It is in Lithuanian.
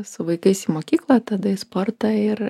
su vaikais į mokyklą tada į sportą ir